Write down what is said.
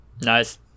Nice